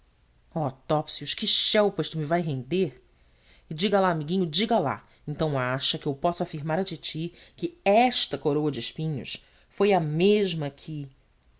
louça oh topsius que chelpa isto me vai render e diga lá amiguinho diga lá então acha que eu posso afirmar à titi que esta coroa de espinhos foi a mesma que